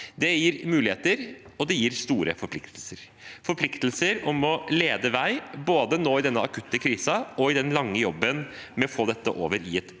Det gir muligheter, og det gir store forpliktelser – forpliktelser om å lede vei både nå i denne akutte krisen og i den lange jobben med å få dette over i et